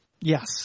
Yes